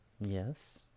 yes